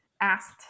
asked